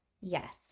yes